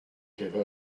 give